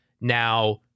now